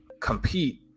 compete